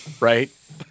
right